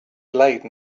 laden